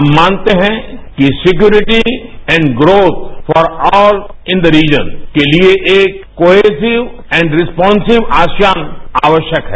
हम मानते हैं कि security and growth for all in the region के लिए एक कोएसिव एंड रिसपॉनसिव आसियान आवश्यक है